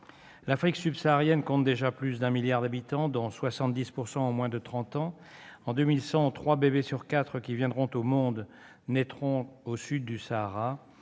L'Afrique subsaharienne compte déjà plus d'un milliard d'habitants, dont 70 % ont moins de trente ans. En 2100, trois bébés sur quatre qui viendront au monde naîtront au sud du Sahara.